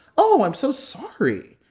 oh, i'm so sorry.